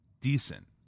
decent